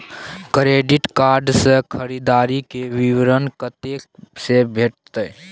Credit card से खरीददारी के विवरण कत्ते से भेटतै?